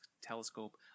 Telescope